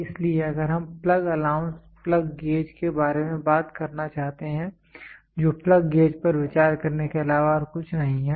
इसलिए अगर हम प्लग अलाउंस प्लग गेज के बारे में बात करना चाहते हैं जो प्लग गेज पर विचार करने के अलावा और कुछ नहीं है